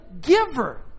giver